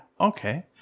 okay